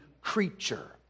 creature